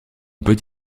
peut